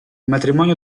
matrimonio